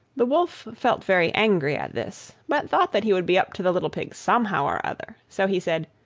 the wolf felt very angry at this, but thought that he would be up to the little pig somehow or other so he said,